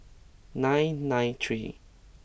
nine nine three